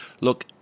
look